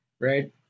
right